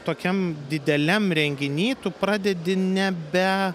tokiam dideliam renginy tu pradedi nebe